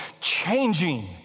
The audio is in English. changing